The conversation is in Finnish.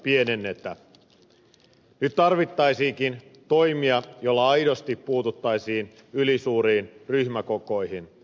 nyt tarvittaisiinkin toimia joilla aidosti puututtaisiin ylisuuriin ryhmäkokoihin